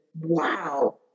wow